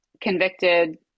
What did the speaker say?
convicted